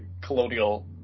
colonial